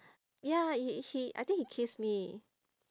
ya he he I think he kissed me